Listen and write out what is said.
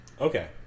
Okay